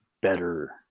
better